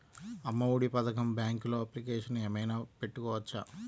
అమ్మ ఒడి పథకంకి బ్యాంకులో అప్లికేషన్ ఏమైనా పెట్టుకోవచ్చా?